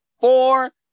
four